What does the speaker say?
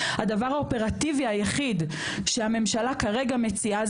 הדבר האופרטיבי היחיד שהממשלה כרגע מציעה,